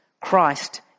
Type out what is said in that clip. Christ